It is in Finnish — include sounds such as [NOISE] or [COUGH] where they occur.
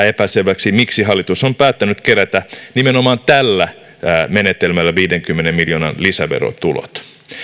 [UNINTELLIGIBLE] epäselväksi miksi hallitus on päättänyt kerätä nimenomaan tällä menetelmällä viidenkymmenen miljoonan lisäverotulot